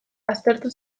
aztertu